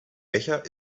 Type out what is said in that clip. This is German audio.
becher